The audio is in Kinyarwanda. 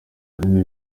aline